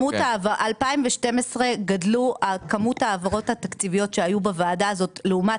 ב-2012 גדלו ההעברות התקציביות שהיו בוועדה הזאת לעומת